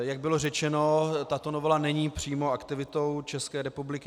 Jak bylo řečeno, tato novela není přímo aktivitou České republiky.